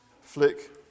flick